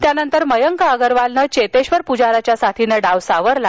त्यानंतर मयंक अगरवालने चेतेश्वर प्जाराच्या साथीनं डाव सावरला